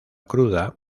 cruda